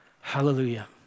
Hallelujah